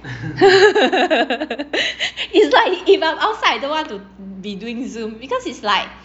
is like if I'm outside don't want to be doing zoom because it's like